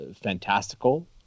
fantastical